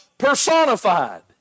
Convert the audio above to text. personified